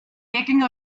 taking